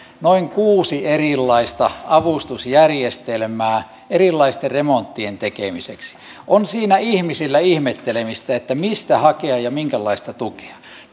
noin kuusi erilaista avustusjärjestelmää erilaisten remonttien tekemiseksi on siinä ihmisillä ihmettelemistä mistä hakea ja ja minkälaista tukea ja